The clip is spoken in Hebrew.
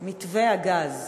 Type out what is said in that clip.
מתווה הגז.